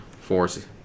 Force